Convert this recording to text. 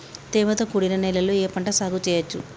తేమతో కూడిన నేలలో ఏ పంట సాగు చేయచ్చు?